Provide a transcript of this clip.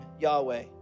yahweh